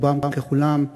רובם ככולם,